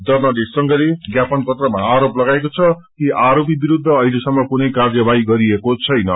journalist संघले ज्ञापन पत्रमा आरोप लागाएको छ कि आरोपी विरूद्ध अहिलेसम्म कुनै कार्यवाही गरिएको छैन